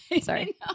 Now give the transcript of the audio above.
Sorry